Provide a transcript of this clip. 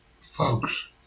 folks